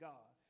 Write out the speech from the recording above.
God